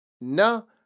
no